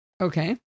Okay